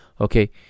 Okay